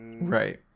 right